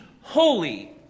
holy